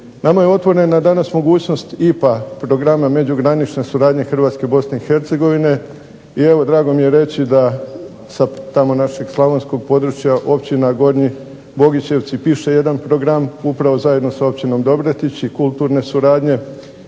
nama je otvorena danas mogućnost IPA programa međugranična suradnja Hrvatske i Bosne i Hercegovine i evo drago mi je reći da sa tamo našeg slavonskog područja općina Gornji Bogićevci piše jedan program upravo zajedno sa općinom Dobretić i kulturne suradnje.